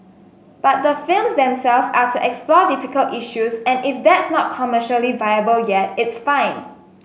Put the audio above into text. but the films themselves are to explore difficult issues and if that's not commercially viable yet it's fine